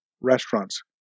restaurants